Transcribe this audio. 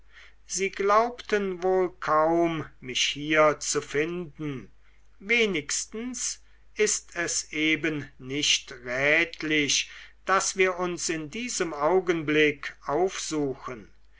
sie glaubten wohl kaum mich hier zu finden wenigstens ist es eben nicht rätlich daß wir uns in diesem augenblick aufsuchen